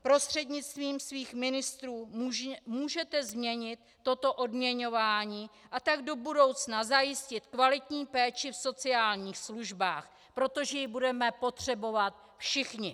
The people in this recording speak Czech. Prostřednictvím svých ministrů můžete změnit toto odměňování, a tak do budoucna zajistit kvalitní péči v sociálních službách, protože ji budeme potřebovat všichni.